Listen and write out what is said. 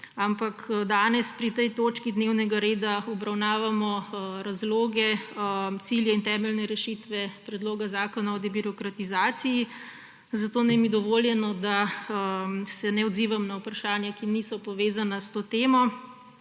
ampak danes pri tej točki dnevnega reda obravnavamo razloge, cilje in temeljne rešitve Predloga zakona o debirokratizaciji, zato naj mi je dovoljeno, da se ne odzivam na vprašanja, ki niso povezana s to temo,